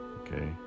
Okay